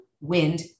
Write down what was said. wind